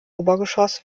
obergeschoss